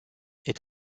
est